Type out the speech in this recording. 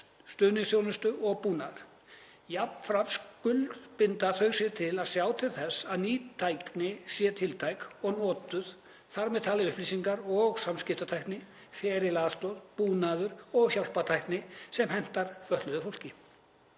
stuðningsþjónustu og búnaðar. Jafnframt skuldbinda þau sig til að sjá til þess að ný tækni sé tiltæk og notuð, þ.m.t. upplýsinga- og samskiptatækni, ferliaðstoð, búnaður og hjálpartækni sem hentar fötluðu fólki.